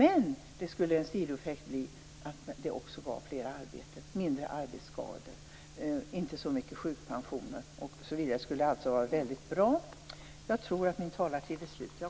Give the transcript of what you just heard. Men en sidoeffekt skulle bli att det också gav fler arbeten, mindre arbetsskador, inte så mycket sjukpensioner osv. Det skulle alltså vara väldigt bra. Jag tror att min taletid är slut.